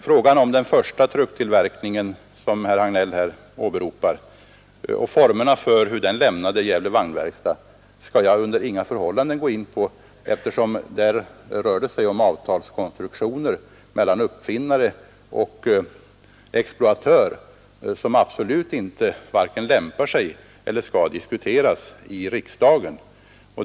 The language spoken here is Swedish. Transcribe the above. Frågan om den första trucktillverkningen, som herr Hagnell här åberopar, och formerna för hur den lämnade Gävle vagnverkstad skall jag under inga förhållanden gå in på eftersom det där rör sig om konstruktioner av avtal mellan uppfinnare och exploatör som absolut inte skall diskuteras i riksdagen.